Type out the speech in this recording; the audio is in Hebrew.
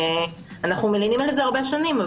אנחנו מלינים על זה הרבה שנים,